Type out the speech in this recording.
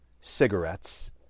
cigarettes